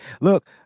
Look